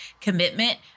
commitment